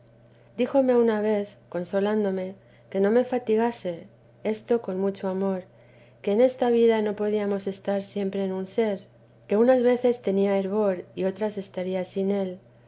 díjome una vez consolándome que no me fatigase esto con mucho amor que en esta vida no podíamos estar siempre en un ser que unas veces temía fervor y otras estaría sin él